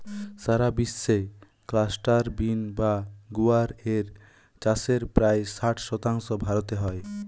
সারা বিশ্বে cluster bean বা গুয়ার এর চাষের প্রায় ষাট শতাংশ ভারতে হয়